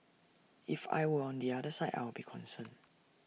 if I were on the other side I'll be concerned